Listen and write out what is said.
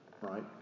right